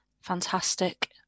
fantastic